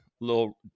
little